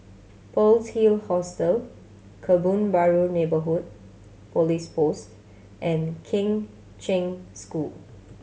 Pearl's Hill Hostel Kebun Baru Neighbourhood Police Post and Kheng Cheng School